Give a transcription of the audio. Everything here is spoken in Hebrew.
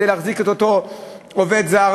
כדי להחזיק את אותו עובד זר,